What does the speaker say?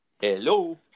Hello